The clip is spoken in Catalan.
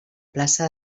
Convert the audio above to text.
plaça